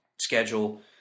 schedule